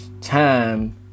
time